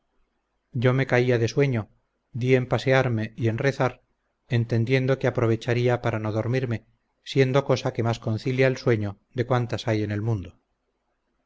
yo me caía de sueño di en pasearme y en rezar entendiendo que aprovecharía para no dormirme siendo cosa que más concilia el sueño de cuantas hay en el mundo